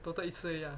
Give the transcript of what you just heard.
total 一次而已 ah